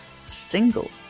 Single